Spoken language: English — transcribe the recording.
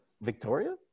Victoria